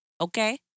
Okay